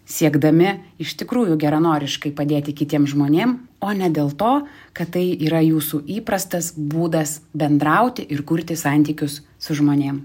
siekdami iš tikrųjų geranoriškai padėti kitiem žmonėm o ne dėl to kad tai yra jūsų įprastas būdas bendrauti ir kurti santykius su žmonėm